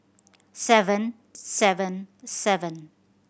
seven seven seven